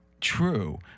True